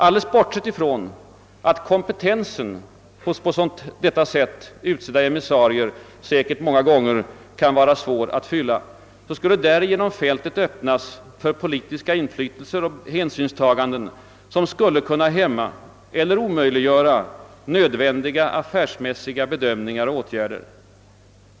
Alldeles bortsett från att kompetensen hos på detta sätt utsedda emissarier säkert många gånger kan vara svår att fylla skulle därigenom fältet öppnas för politiska inflytelser och hänsynstaganden som skulle kunna hämma eller omöjliggöra nödvändiga arbetsmässiga bedömningar och åtgärder.